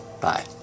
bye